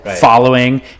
following